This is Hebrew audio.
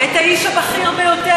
האיש הבכיר ביותר.